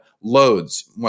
loads